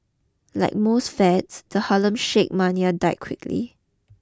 like most fads the Harlem Shake mania died quickly